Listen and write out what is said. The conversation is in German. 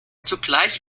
zugleich